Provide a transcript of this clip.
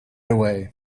away